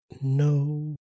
No